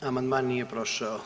Amandman nije prošao.